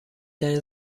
ترین